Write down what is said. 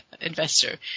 investor